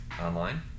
online